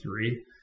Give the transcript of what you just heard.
three